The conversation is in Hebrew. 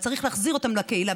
וצריך להחזיר אותם לקהילה.